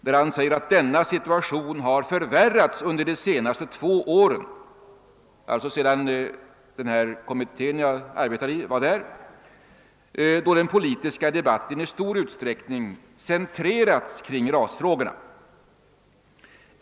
Där säger han: »Denna situation har förvärrats under de senaste två åren» — alltså sedan den kommitté jag arbetade i var där — »då den politiska debatten i stor utsträckning :centrerats kring rasfrågorna.» .